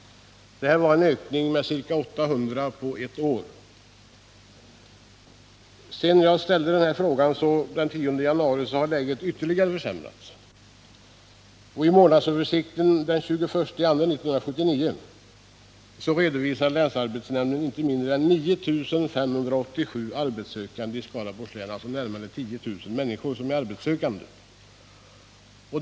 Det var en ökning med ca 800 personer på ett år. Sedan jag ställde mina frågor den 10 januari i år har läget ytterligare försämrats. I månadsöversikten den 22 januari 1979 redovisar länsarbetsnämnden inte mindre än 9 587 arbetssökande i Skaraborgs län, alltså närmare 10 000 arbetssökande.